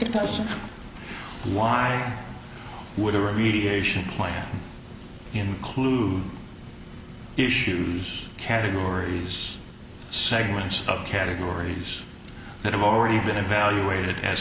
question why would a remediation plan include issues categories segments of categories that have already been evaluated as